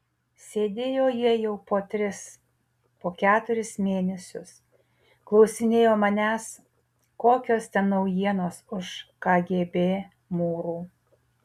sėdėjo jie jau po tris po keturis mėnesius klausinėjo manęs kokios ten naujienos už kgb mūrų